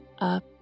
up